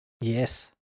yes